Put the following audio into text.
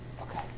Okay